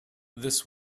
this